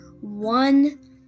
one